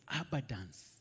abundance